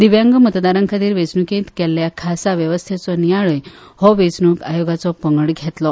दिव्यांग मतदारां खातीर वेंचणुकेंत केल्ल्या खासा वेवस्थेचो नियाळय हो वेंचणूक आयोगाचो पंगड घेतलो